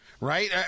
right